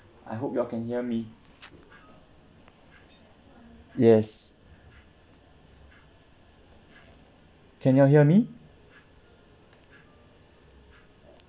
I hope you all can hear me yes can you hear me